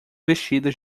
vestidas